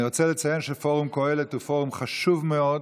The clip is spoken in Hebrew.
אני רוצה לציין שפורום קהלת הוא פורום חשוב מאוד,